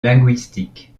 linguistique